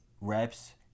reps